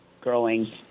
growing